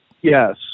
Yes